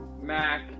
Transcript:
Mac